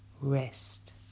rest